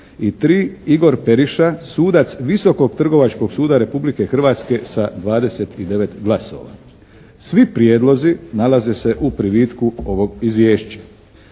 3. Igor Periša, sudac Visokog trgovačkog suda Republike Hrvatske sa 29 glasova. Svi prijedlozi nalaze se u privitku ovog izvješća.